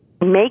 make